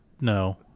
No